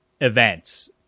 events